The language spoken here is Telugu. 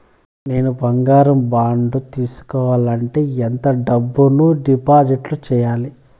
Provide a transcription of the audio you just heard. నేను బంగారం బాండు తీసుకోవాలంటే ఎంత డబ్బును డిపాజిట్లు సేయాలి?